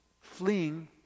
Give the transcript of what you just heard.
fleeing